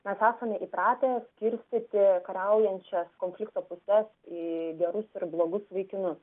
mes esame įpratę skirstyti kariaujančias konflikto puses į gerus ir blogus vaikinus